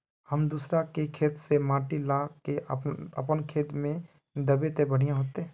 हम दूसरा के खेत से माटी ला के अपन खेत में दबे ते बढ़िया होते?